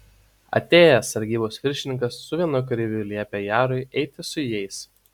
atėjęs sargybos viršininkas su vienu kareiviu liepė jarui eiti su jais